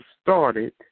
started